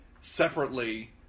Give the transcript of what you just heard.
separately